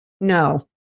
No